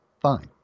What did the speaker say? fine